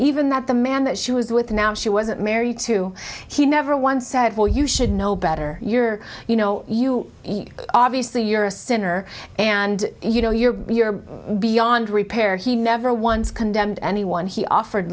even that the man that she was with now she wasn't married to he never once said well you should know better your you know you obviously you're a sinner and you know you're you're beyond repair he never once condemned anyone he offered